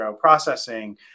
processing